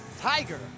Tiger